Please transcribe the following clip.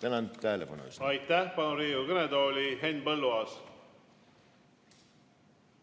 Tänan tähelepanu eest! Aitäh! Palun Riigikogu kõnetooli Henn Põlluaasa.